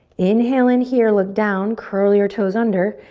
inhale in here, look down, curl your toes under.